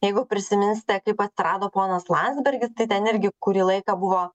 jeigu prisiminsite kaip atrado ponas landsbergis tai ten irgi kurį laiką buvo